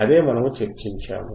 అదే మనము చర్చించాము